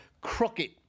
crooked